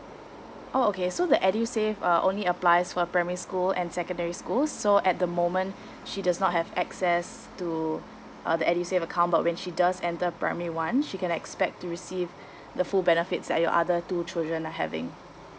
oh okay so the edusave uh only applies for primary school and secondary school so at the moment she does not have access to uh the edusave account but when she does enter primary one she can expect to receive the full benefits that your other two children are having